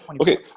Okay